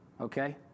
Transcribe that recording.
okay